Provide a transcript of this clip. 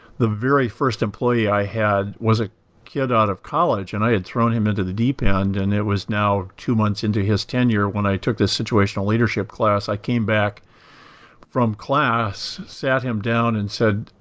the very first employee i had was a kid out of college, and i had thrown him into the deep end. and it was now two months into his tenure when i took the situational leadership class. i came back from class, sat him down and said,